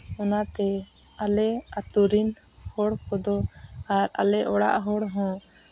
ᱚᱱᱟᱛᱮ ᱟᱞᱮ ᱟᱛᱳ ᱨᱤᱱ ᱦᱚᱲ ᱠᱚᱫᱚ ᱟᱨ ᱟᱞᱮ ᱚᱲᱟᱜ ᱦᱚᱲ ᱦᱚᱸ